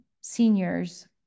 seniors